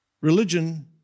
Religion